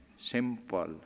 simple